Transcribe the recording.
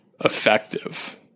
effective